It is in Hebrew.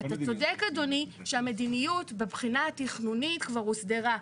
אתה צודק אדוני שהמדיניות בבחינה התכנונית כבר הוסדרה.